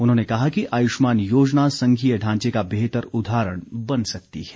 उन्होंने कहा कि आयुष्मान योजना संघीय ढांचे का बेहतर उदाहरण बन सकती है